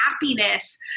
happiness